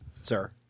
Sir